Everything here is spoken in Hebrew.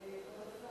אין ספק